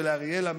ולאריאלה,